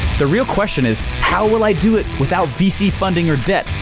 the real question is how will i do it without vc funding or debt,